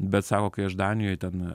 bet sako kai aš danijoj ten